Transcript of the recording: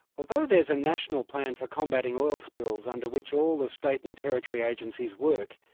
although there's a national plan for combating oil spills, under which all the state and territory agencies work,